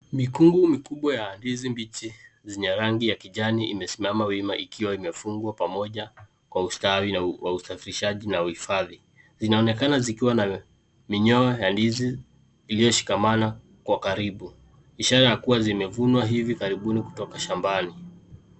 Mikungu mikubwa ya ndizi mbichi zenye rangi ya kijani imesimama wima ikiwa imefungwa pamoja kwa usafirishaji na uhifadhi. Zinaonekana zikiwa na minyoo ya ndizi iliyoshikamana kwa karibu, ishara ya kuwa zimevunwa hivi karibuni kutoka shambani.